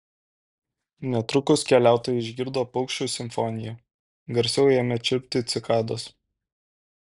netrukus keliautojai išgirdo paukščių simfoniją garsiau ėmė čirpti cikados